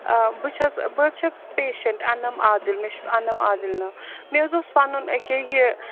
آ بہٕ چھَس بہٕ حظ چھَس پیشنٛٹ اَنَم عادِل مےٚ چھُ اَنَم عادل ناو مےٚ حظ اوس وَنُن أکیٛاہ یہِ